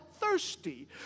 thirsty